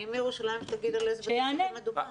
אם זה בירושלים אז שיגיד באיזה בתי ספר מדובר.